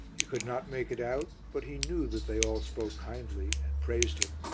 he could not make it out but he knew that they all spoke kindly and praised him.